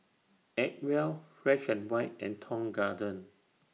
Acwell Fresh and White and Tong Garden